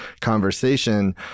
conversation